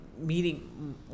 meeting